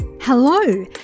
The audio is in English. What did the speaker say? Hello